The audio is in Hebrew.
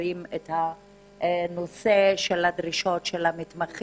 מכירים את הדרישות של המתמחים,